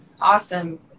awesome